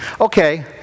okay